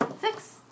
Six